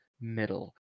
middle